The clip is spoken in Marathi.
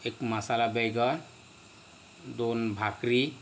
एक मसाला बैंगन दोन भाकरी